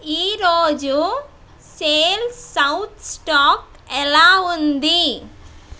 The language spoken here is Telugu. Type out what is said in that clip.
ఈ రోజు సేల్ సౌత్ స్టాక్ ఎలా ఉంది